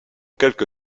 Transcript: quelque